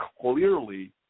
clearly